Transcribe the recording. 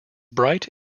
bright